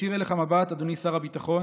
להישיר אליך מבט, אדוני שר הביטחון,